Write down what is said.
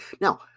Now